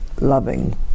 loving